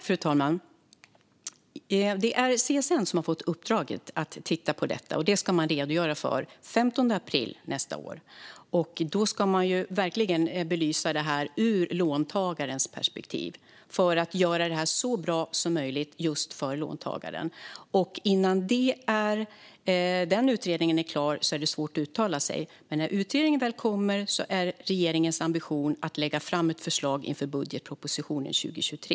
Fru talman! Det är CSN som har fått uppdraget att titta på detta, och det ska man redogöra för den 15 april nästa år. Då ska man verkligen belysa detta ur låntagarens perspektiv för att kunna göra det så bra som möjligt för låntagaren. Innan den utredningen är klar är det svårt att uttala sig, men när utredningen väl kommer är regeringens ambition att lägga fram ett förslag inför budgetpropositionen 2023.